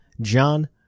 John